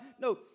No